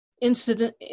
incident